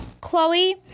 Chloe